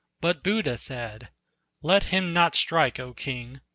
but buddha said let him not strike, o king!